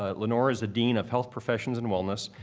ah lenore is the dean of health professions and wellness.